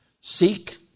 Seek